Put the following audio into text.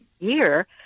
year